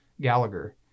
Gallagher